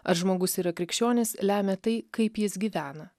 ar žmogus yra krikščionis lemia tai kaip jis gyvena